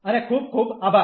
અને ખુબ ખુબ આભાર